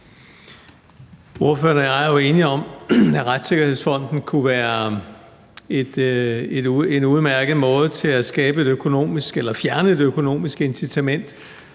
Ordføreren og jeg er jo enige om, at Retssikkerhedsfonden kunne være en udmærket måde at fjerne det økonomiske incitament